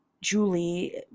Julie